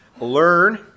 learn